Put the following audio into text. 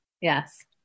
Yes